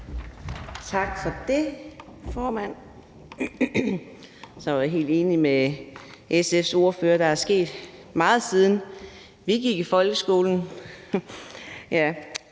Tak for det, formand. Jeg er helt enig med SF's ordfører i, at der er sket meget, siden vi gik i folkeskolen.